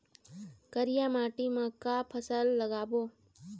करिया माटी म का फसल लगाबो?